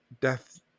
death